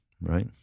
right